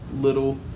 Little